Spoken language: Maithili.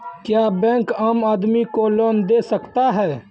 क्या बैंक आम आदमी को लोन दे सकता हैं?